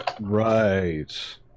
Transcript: Right